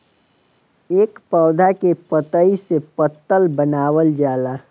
ए पौधा के पतइ से पतल बनावल जाला